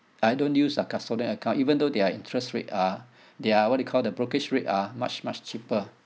I don't use a custodian account even though their interest rate are they are what you call the brokerage rate are much much cheaper